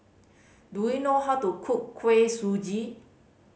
do you know how to cook Kuih Suji